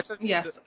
Yes